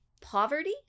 poverty